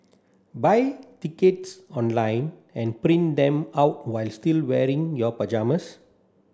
buy tickets online and print them out while still wearing your pyjamas